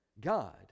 god